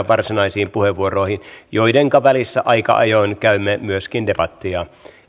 varsinaisiin puheenvuoroihin joidenka välissä aika ajoin käymme myöskin debattia